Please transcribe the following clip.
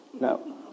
No